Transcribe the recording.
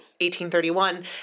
1831